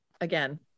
again